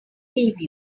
leave